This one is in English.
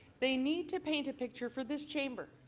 they need to paint a picture for this chamber,